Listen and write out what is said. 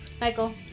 Michael